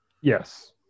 Yes